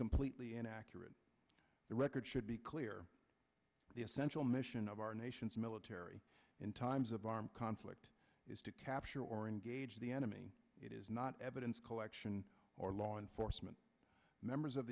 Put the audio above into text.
completely inaccurate the record should be clear the essential mission of our nation's military in times of armed conflict is to capture or engage the enemy it is not evidence collection or law enforcement members of